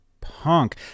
punk